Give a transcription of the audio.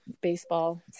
baseball